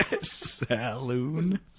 Saloon